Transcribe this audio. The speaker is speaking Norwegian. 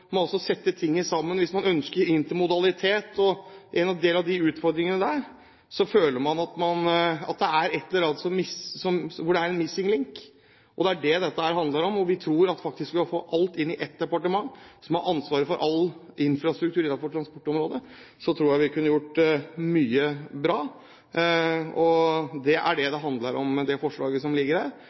man har, og tanken om å se ting i sammenheng. Hvis man ønsker intermodalitet, med de utfordringene der, føler man at det er en missing link. Det er det dette handler om, og vi tror faktisk at ved å få alt inn i ett departement, som har ansvaret for all infrastruktur innenfor transportområdet, kunne vi gjort mye bra. Det er det det handler om, det forslaget som ligger